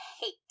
hate